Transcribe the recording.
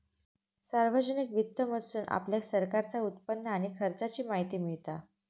सार्वजनिक वित्त मधसून आपल्याक सरकारचा उत्पन्न आणि खर्चाची माहिती मिळता